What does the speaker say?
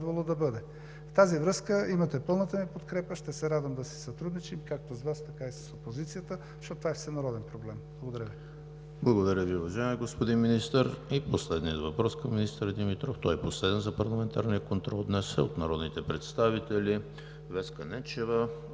В тази връзка имате пълната ми подкрепа и ще се радвам да си сътрудничим както с Вас, така и с опозицията, защото това е всенароден проблем. Благодаря. ПРЕДСЕДАТЕЛ ЕМИЛ ХРИСТОВ: Благодаря Ви, уважаеми господин Министър. И последният въпрос към министър Димитров. Той е последен за парламентарния контрол днес и е от народните представители Веска Ненчева,